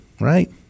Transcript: right